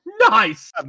Nice